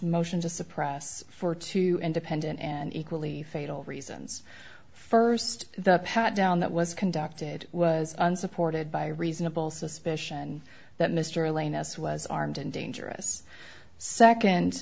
motion to suppress for two independent and equally fatal reasons st the pat down that was conducted was unsupported by reasonable suspicion that mr lane this was armed and dangerous